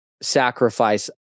sacrifice